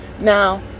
Now